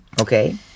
Okay